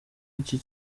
iki